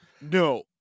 No